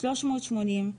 380,